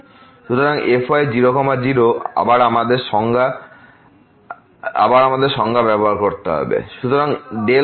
সুতরাং fy0 0 আবার আমাদের সংজ্ঞা ব্যবহার করতে হবে